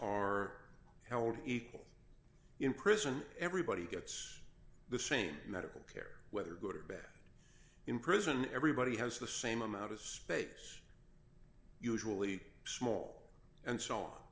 held equal in prison everybody gets the same medical care whether good or bad in prison everybody has the same amount of space usually small and s